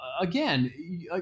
again